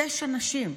תשע נשים.